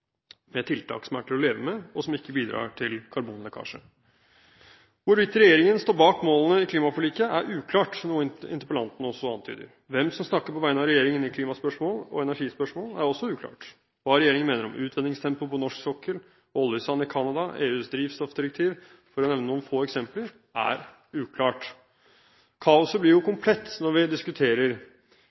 med tiltak som er til å leve med, og som ikke bidrar til karbonlekkasje. Hvorvidt regjeringen står bak målene i klimaforliket, er uklart, noe interpellanten også antyder. Hvem som snakker på vegne av regjeringen i klimaspørsmål og energispørsmål, er også uklart. Hva regjeringen mener om utvinningstempo på norsk sokkel, oljesand i Canada, EUs drivstoffdirektiv – for å nevne noen få eksempler – er uklart. Kaoset blir komplett når vi diskuterer